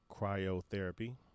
Cryotherapy